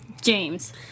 James